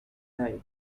lay